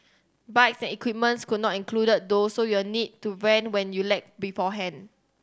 bikes and equipment not included though so you are need to rent when you lack beforehand